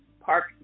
park